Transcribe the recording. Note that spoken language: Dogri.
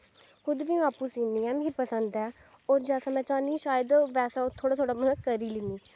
खुद में आपूं सीनी ऐं मिगी पसंद ऐ और जैसा में चाह्नीशायद बैसा अऊं थोह्ड़ा थोह्ड़ा करी लैन्नी